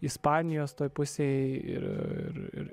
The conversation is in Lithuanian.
ispanijos toj pusėj ir ir